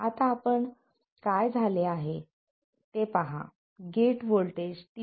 आता आपण काय झाले आहे ते पहा गेट व्होल्टेज 3